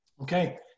Okay